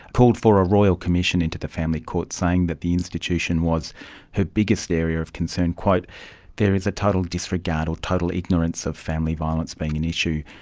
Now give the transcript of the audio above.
called for a royal commission into the family court saying that the institution was her biggest area of concern there is a total disregard or total ignorance of family violence being an issue.